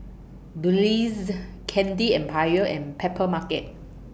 Breeze Candy Empire and Papermarket